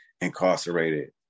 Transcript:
incarcerated